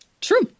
True